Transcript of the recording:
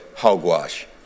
Hogwash